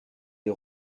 des